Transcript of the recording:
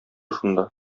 шунда